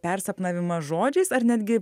persapnavimą žodžiais ar netgi